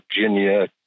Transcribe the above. Virginia